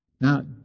Now